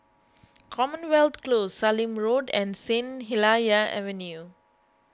Commonwealth Close Sallim Road and Saint Helier's Avenue